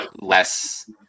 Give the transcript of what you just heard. less